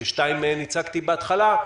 ששתיים מהן הצגתי בהתחלה,